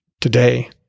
Today